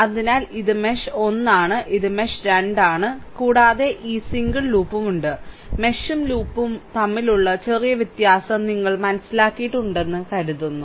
അതിനാൽ ഇത് മെഷ് 1 ആണ് ഇത് മെഷ് 2 ആണ് കൂടാതെ ഈ സിംഗിൾ ലൂപ്പും ഉണ്ട് മെഷും ലൂപ്പും തമ്മിലുള്ള ചെറിയ വ്യത്യാസം നിങ്ങൾ മനസ്സിലാക്കിയിട്ടുണ്ടെന്ന് കരുതുന്നു